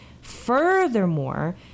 Furthermore